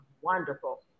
wonderful